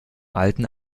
alten